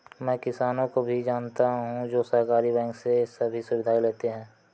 मैं ऐसे किसानो को भी जानता हूँ जो सहकारी बैंक से सभी सुविधाएं लेते है